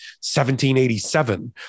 1787